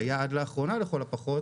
שהיה עד לאחרונה לכל הפחות,